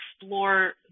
explore